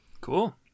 Cool